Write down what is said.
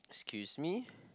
excuse me